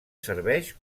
serveix